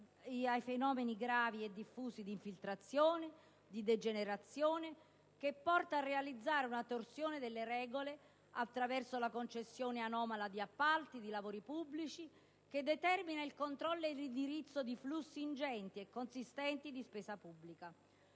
ai fenomeni gravi e diffusi di infiltrazione e di degenerazione, che porta a realizzare una torsione delle regole attraverso la concessione anomala di appalti e lavori pubblici, che determina il controllo e l'indirizzo di flussi ingenti e consistenti di spesa pubblica.